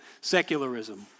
secularism